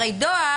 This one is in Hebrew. הרי דואר,